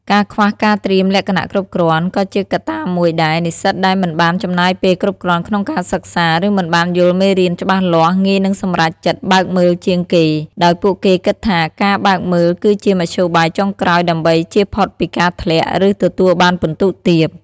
ការខ្វះការត្រៀមលក្ខណៈគ្រប់គ្រាន់ ក៏ជាកត្តាមួយដែរ និស្សិតដែលមិនបានចំណាយពេលគ្រប់គ្រាន់ក្នុងការសិក្សា ឬមិនបានយល់មេរៀនច្បាស់លាស់ ងាយនឹងសម្រេចចិត្តបើកមើលជាងគេ ដោយពួកគេគិតថាការបើកមើលគឺជាមធ្យោបាយចុងក្រោយដើម្បីជៀសផុតពីការធ្លាក់ ឬទទួលបានពិន្ទុទាប។